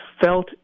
felt